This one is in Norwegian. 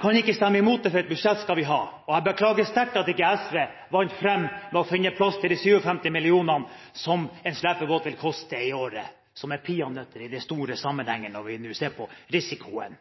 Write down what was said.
for et budsjett skal vi ha. Og jeg beklager sterkt at ikke SV vant fram med å finne plass til de 57 mill. kr, som en slepebåt vil koste i året, og som er peanøtter i den store sammenhengen når vi ser på risikoen.